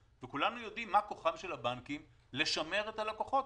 וכולנו יודעים מה כוחם של הבנקים לשמר את הלקוחות.